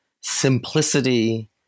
simplicity